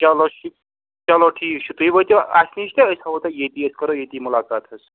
چلو چلو ٹھیٖک چھُ تُہۍ وٲتِو اَسہِ نِش تہٕ أسۍ تھَوو تیٚلہِ ییٚتی أسۍ کَرو ییٚتی مُلاقات حظ